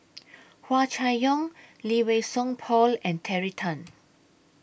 Hua Chai Yong Lee Wei Song Paul and Terry Tan